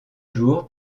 jour